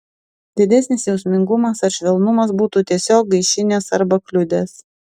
didesnis jausmingumas ar švelnumas būtų tiesiog gaišinęs arba kliudęs